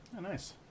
Nice